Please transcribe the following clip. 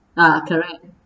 ah correct